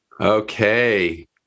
okay